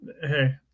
hey